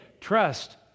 trust